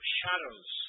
shadows